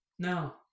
No